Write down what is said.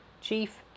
Chief